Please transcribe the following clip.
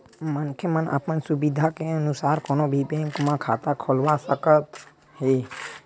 मनखे मन अपन सुबिधा के अनुसार कोनो भी बेंक म खाता खोलवा सकत हे